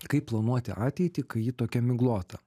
kaip planuoti ateitį kai ji tokia miglota